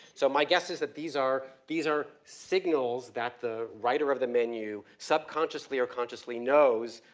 so my guess is that these are, these are signals that the writer of the menu subconsciously or consciously knows.